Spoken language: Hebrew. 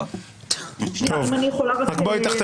ייעשה בהתאם לפסקת ההגבלה בחוק יסוד: כבוד האדם וחרותו.